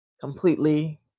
completely